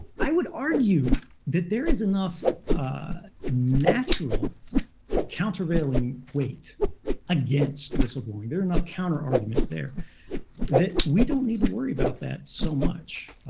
i would argue that there is enough natural countervailing weight against whistleblowing. there are enough counterarguments there that we don't need to worry about that so much.